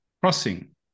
crossing